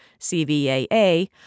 CVAA